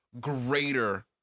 greater